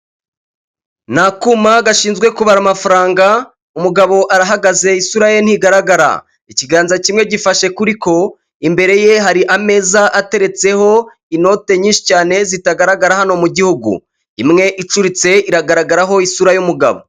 Ni akuma gashinzwe kubara amafaranga, umugabo arahagaze isura ye ntigaragara ikiganza kimwe gifashe kuri ko, imbere ye hari ameza ateretseho inote nyinshi cyane zitagaragara hano mu gihugu, imwe icuritse iragaragaraho isura y'umugabo.